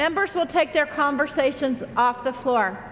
members will take their conversations off the floor